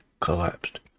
collapsed